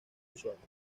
usuarios